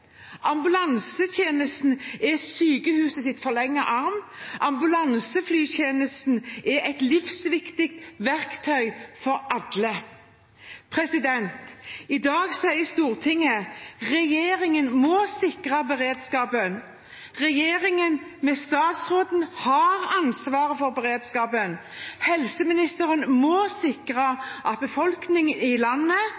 Ambulansetjenesten er sykehusets forlengede arm. Ambulanseflytjenesten er et livsviktig verktøy for alle. I dag sier Stortinget: Regjeringen må sikre beredskapen. Regjeringen med statsråden har ansvaret for beredskapen. Helseministeren må